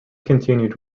continued